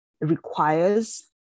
requires